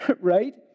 Right